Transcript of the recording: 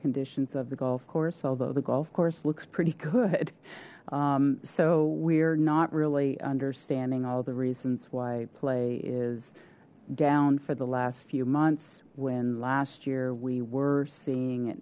conditions of the golf course although the golf course looks pretty good so we're not really understanding all the reasons why play is down for the last few months when last year we were seeing